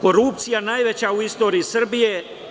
Korupcija najveća u istoriji Srbije.